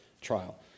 trial